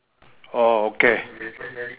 oh okay